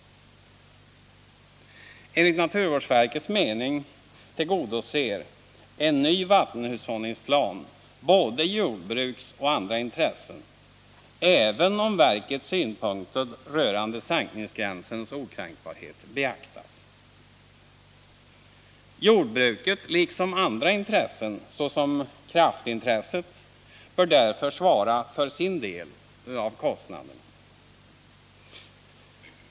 Enligt naturvårdsverkets mening tillgodoser en ny vattenhushållningsplan både jordbruksintressen och andra intressen, även om verkets synpunkter rörande sänkningsgränsens okränkbarhet beaktas. Jordbruket liksom andra intressen, såsom kraftintresset, bör därför svara för sin del av kostnaderna.